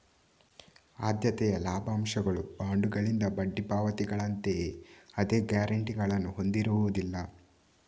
ಆದ್ಯತೆಯ ಲಾಭಾಂಶಗಳು ಬಾಂಡುಗಳಿಂದ ಬಡ್ಡಿ ಪಾವತಿಗಳಂತೆಯೇ ಅದೇ ಗ್ಯಾರಂಟಿಗಳನ್ನು ಹೊಂದಿರುವುದಿಲ್ಲ